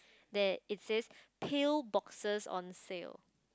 there it says pill boxes on sale